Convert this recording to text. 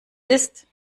ist